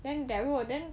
then then